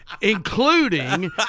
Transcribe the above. Including